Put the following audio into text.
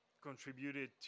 contributed